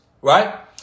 Right